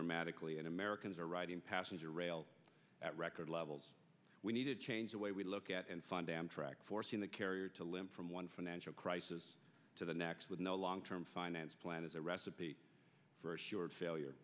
dramatically and americans are riding passenger rail at record levels we need to change the way we look at and find amtrak forcing the carrier to limp from one financial crisis to the next with no long term finance plan is a recipe for assured failure